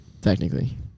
technically